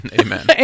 Amen